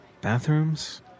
bathrooms